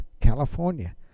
California